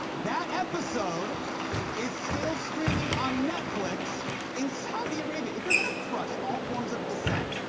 that episode is still streaming on netflix in saudi arabia. if you're going to crush all forms of dissent,